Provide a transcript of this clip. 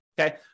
okay